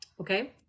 okay